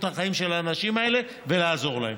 החיים של האנשים האלה ולעזור להם.